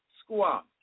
squad